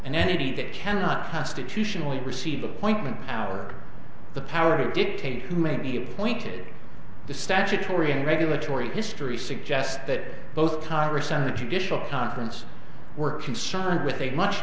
an entity that cannot constitutionally receive the appointment power the power to dictate who may be appointed the statutory and regulatory history suggests that both tyrus and the judicial conference were concerned with a much